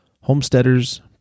Homesteaders